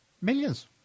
millions